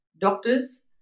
doctors